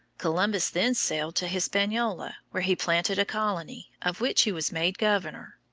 columbus then sailed to hispaniola, where he planted a colony, of which he was made governor.